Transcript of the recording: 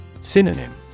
Synonym